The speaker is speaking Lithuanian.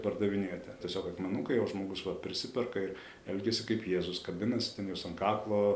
pardavinėti tiesiog akmenukai o žmogus va prisiperka ir elgiasi kaip jėzus kabinasi ten juos ant kaklo